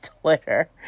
Twitter